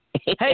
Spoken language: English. Hey